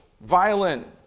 violent